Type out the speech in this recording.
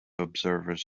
observers